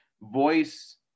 voice